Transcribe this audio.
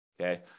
okay